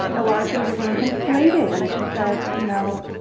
a lot of things are getting conflated. and she said you know